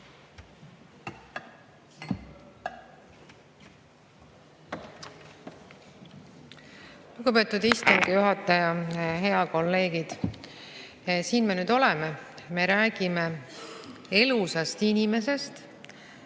Lugupeetud istungi juhataja! Head kolleegid! Siin me nüüd oleme. Me räägime elusast inimesest,